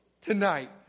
tonight